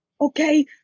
Okay